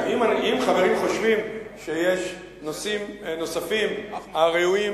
אם חברים חושבים שיש נושאים נוספים הראויים